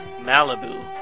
Malibu